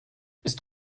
ist